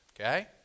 Okay